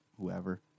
whoever